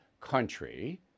country